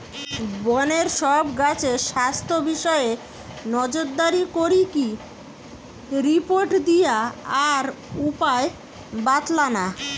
বনের সব গাছের স্বাস্থ্য বিষয়ে নজরদারি করিকি রিপোর্ট দিয়া আর উপায় বাৎলানা